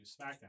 SmackDown